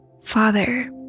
Father